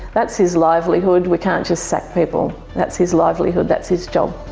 that's his livelihood. we can't just sack people. that's his livelihood, that's his job.